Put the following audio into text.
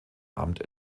amt